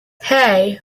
hey